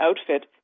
outfit